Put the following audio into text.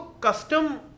custom